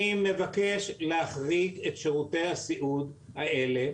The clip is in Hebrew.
אני מבקש להחריג את שירותי הסיעוד האלה.